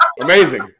amazing